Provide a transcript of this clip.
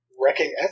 wrecking